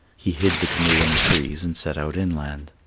he hid the canoe in the trees and set out inland.